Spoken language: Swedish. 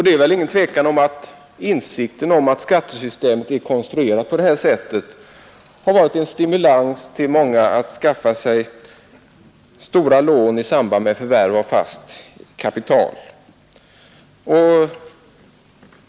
Det är ingen tvekan om att insikten om att skattesystemet är konstruerat så har varit en stimulans för många att skaffa sig stora lån i samband med förvärv av fast kapital.